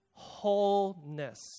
wholeness